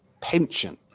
pension